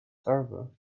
server